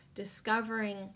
Discovering